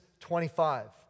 25